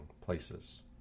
places